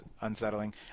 unsettling